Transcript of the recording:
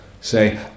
say